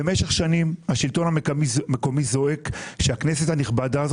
במשך שנים השלטון המקומי זועק שהכנסת הנכבדה הזאת